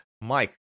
Mike